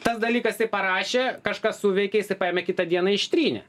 tas dalykas jisai parašė kažkas suveikė isai paėmė kitą dieną ištrynė